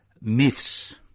myths